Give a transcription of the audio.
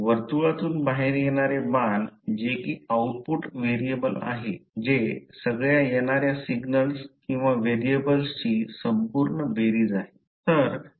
वर्तुळातून बाहेर येणारे बाण जे कि आउटपुट व्हेरिएबल आहे जे सगळ्या येणाऱ्या सिग्नल्स किंवा व्हेरिएबल्सची संपूर्ण बेरीज आहे